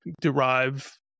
derive